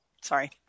Sorry